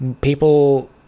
people